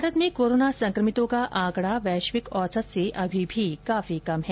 भारत में कोरोना संक्रमितों का आंकडा वैश्विक औसत से अभी भी काफी कम है